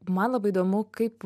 man labai įdomu kaip